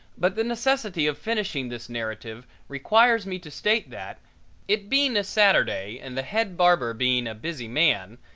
but the necessity of finishing this narrative requires me to state that it being a saturday and the head barber being a busy man,